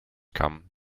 come